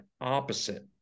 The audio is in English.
opposite